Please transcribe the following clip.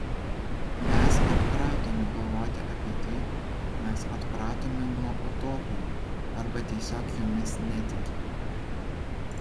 mes atpratome galvoti apie tai mes atpratome nuo utopijų arba tiesiog jomis netikime